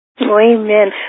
Amen